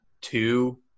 two